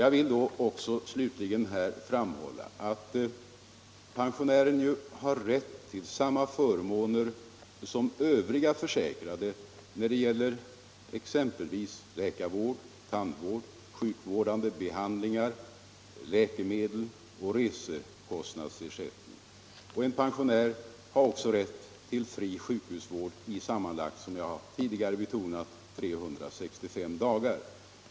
Jag vill slutligen framhålla att pensionären har rätt till samma förmåner som övriga försäkrade när det gäller exempelvis läkarvård, tandvård, sjukvårdande behandlingar, läkemedel och resekostnadsersättning. En pensionär har också, som jag tidigare framhållit, rätt till fri sjukhusvård i sammanlagt 365 dagar.